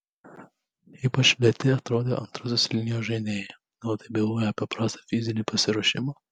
ypač lėti atrodė antrosios linijos žaidėjai gal tai byloja apie prastą fizinį pasiruošimą